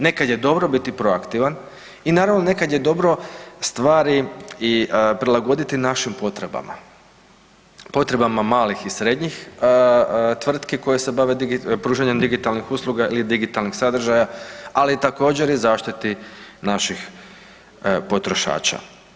Nekad je dobro biti proaktivan i naravno nekad je dobro stvari prilagoditi našim potrebama, potrebama malih i srednjih tvrtki koje se bave pružanjem digitalnih usluga ili digitalnih sadržaja, ali također i zaštiti naših potrošača.